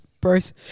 Bruce